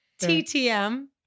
t-t-m